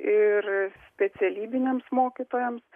ir specialybiniams mokytojams